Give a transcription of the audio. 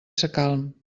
sacalm